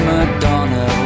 Madonna